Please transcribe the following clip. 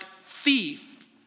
thief